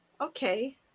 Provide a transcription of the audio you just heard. Okay